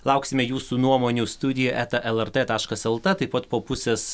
lauksime jūsų nuomonių studija eta lrt taškas lt taip pat po pusės